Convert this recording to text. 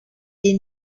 est